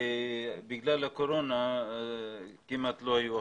בגלל הקורונה כמעט ולא היו הכנסות.